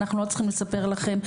אנחנו לא צריכים לספר לכם.